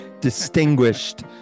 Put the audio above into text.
distinguished